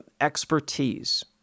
expertise